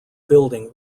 building